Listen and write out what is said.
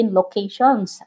locations